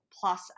plus